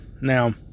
Now